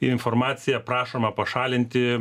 informaciją prašoma pašalinti